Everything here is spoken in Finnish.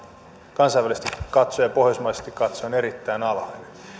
kansainvälisesti ja pohjoismaisesti katsoen erittäin alhainen